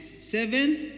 Seventh